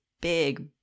big